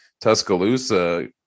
Tuscaloosa